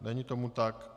Není tomu tak.